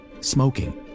smoking